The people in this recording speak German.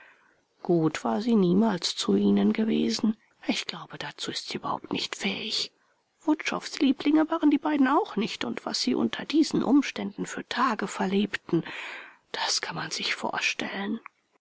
gut war sie niemals zu ihnen gewesen ich glaube dazu ist sie überhaupt nicht fähig wutschows lieblinge waren die beiden auch nicht und was sie unter diesen umständen für tage verlebten das kann man sich vorstellen